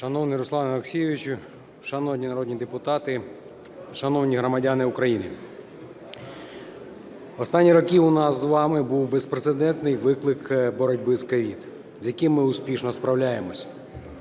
Шановний Руслане Олексійовичу, шановні народні депутати, шановні громадяни України! Останні роки у нас з вами був безпрецедентний виклик боротьби з COVID, з яким ми успішно справляємося.